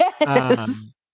Yes